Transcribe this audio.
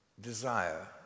desire